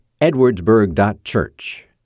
edwardsburg.church